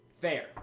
Fair